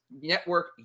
network